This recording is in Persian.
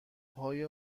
های